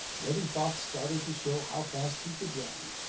reddy fox started to show how fast he could run,